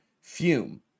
Fume